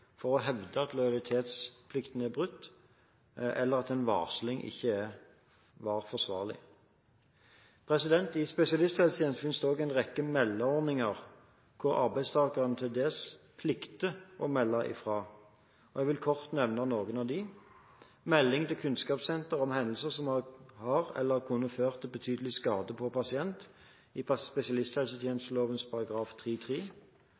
for å hevde at lojalitetsplikten er brutt, eller at en varsling ikke var forsvarlig. I spesialisthelsetjenesten finnes det også en rekke meldeordninger hvor arbeidstaker til dels plikter å melde fra. Jeg vil kort nevne noen av dem: melding til Kunnskapssenteret om hendelser som har ført eller kunne ført til betydelig skade på pasient,